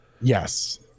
yes